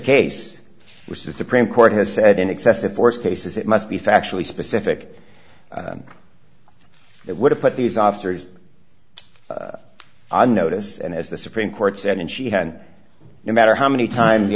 case which is supreme court has said in excessive force cases it must be factually specific that would have put these officers on notice and as the supreme court said and she had no matter how many times the